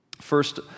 First